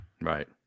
Right